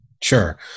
Sure